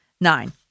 nine